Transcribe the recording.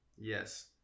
Yes